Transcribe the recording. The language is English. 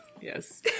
Yes